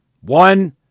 one